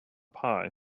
pie